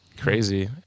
Crazy